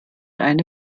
eine